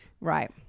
Right